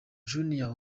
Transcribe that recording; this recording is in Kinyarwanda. junior